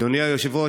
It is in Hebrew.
אדוני היושב-ראש,